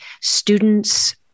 students